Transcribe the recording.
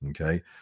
okay